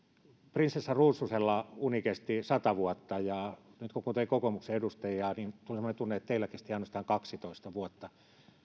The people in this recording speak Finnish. prinsessa ruususella uni kesti sata vuotta ja nyt kun kuuntelen kokoomuksen edustajia tulee semmoinen tunne että teillä kesti ainoastaan kaksitoista vuotta